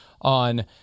on